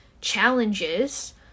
challenges